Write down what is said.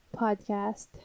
podcast